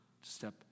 step